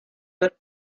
that